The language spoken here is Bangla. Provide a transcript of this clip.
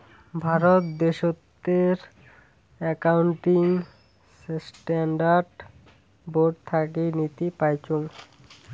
ভারত দ্যাশোতের একাউন্টিং স্ট্যান্ডার্ড বোর্ড থাকি নীতি পাইচুঙ